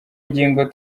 ngingo